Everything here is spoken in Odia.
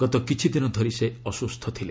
ଗତ କିଛି ଦିନ ଧରି ସେ ଅସ୍କୁସ୍ଥ ଥିଲେ